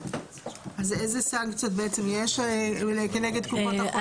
אז איזה סנקציות בעצם יש כנגד קופות החולים?